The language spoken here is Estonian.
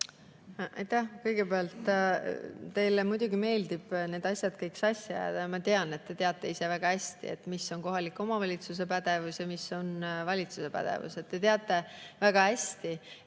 Kõigepealt, teile muidugi meeldib need asjad kõik sassi ajada. Ma tean, et te teate ise väga hästi, mis on kohaliku omavalitsuse pädevus ja mis on valitsuse pädevus. Te teate väga hästi,